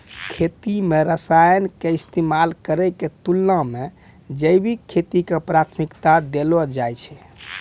खेती मे रसायन के इस्तेमाल करै के तुलना मे जैविक खेती के प्राथमिकता देलो जाय छै